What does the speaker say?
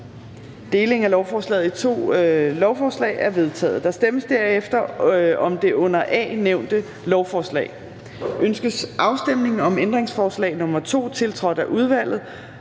Delingen af lovforslaget i to lovforslag er vedtaget. Der stemmes derefter om det under A nævnte lovforslag [Forslag til lov om ændring af udlændingeloven.